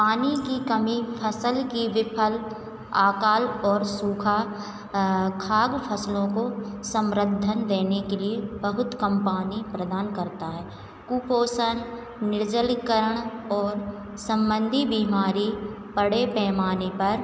पानी की कमी फ़सल की विफल आकाल और सूखा खाग सपनों को समृद्धन देने के लिए बहुत कम पानी प्रदान करता है कुपोषण निर्जलीकरण और सम्बन्धित बीमारी बड़े पैमाने पर